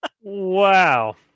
Wow